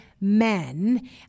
Men